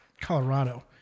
Colorado